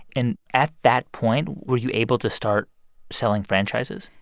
and at that point, were you able to start selling franchises?